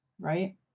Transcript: right